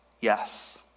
yes